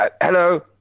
Hello